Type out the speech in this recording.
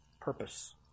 purpose